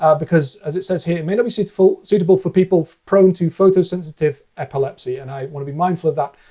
ah because, as it says here, it may not be suitable suitable for people prone to photosensitive epilepsy. and i want to be mindful of that.